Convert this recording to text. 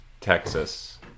texas